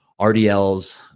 RDLs